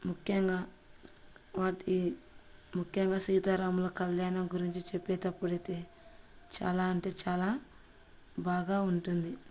ముఖ్యంగా వాటి ముఖ్యంగా సీతారాముల కళ్యాణం గురించి చెప్పేటప్పుడైతే చాలా అంటే చాలా బాగా ఉంటుంది